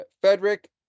Frederick